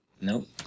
Nope